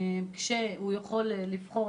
כשהוא יכול לבחור,